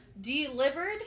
delivered